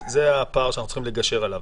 זה הפער שאנחנו צריכים לגשר עליו.